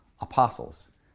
apostles